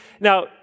Now